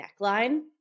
neckline